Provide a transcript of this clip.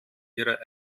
ihrer